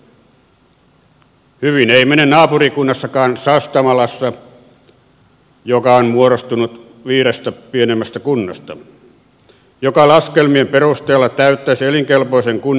hyvin ei mene naapurikunnassakaan sastamalassa joka on muodostunut viidestä pienemmästä kunnasta joka laskelmien perusteella täyttäisi elinkelpoisen kunnan kriteerit